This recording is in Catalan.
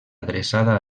adreçada